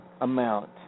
amount